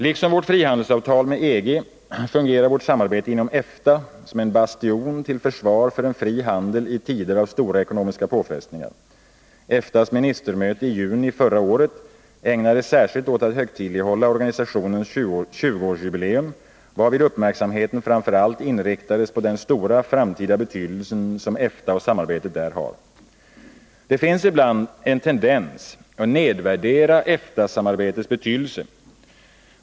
Liksom vårt frihandelsavtal med EG fungerar vårt samarbete inom EFTA som en bastion till försvar för en fri handel i tider av stora ekonomiska påfrestningar. EFTA:s ministermöte i juni förra året ägnades särskilt åt att högtidlighålla organisationens 20-årsjubileum, varvid uppmärksamheten framför allt inriktades på den stora framtida betydelse som EFTA och samarbetet där har. Det finns ibland en tendens att nedvärdera EFTA-samarbetets betydelse.